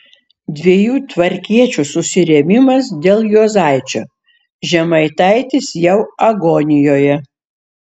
dviejų tvarkiečių susirėmimas dėl juozaičio žemaitaitis jau agonijoje